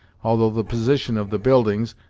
although the position of the buildings,